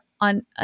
on